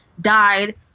died